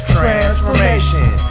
Transformation